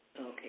okay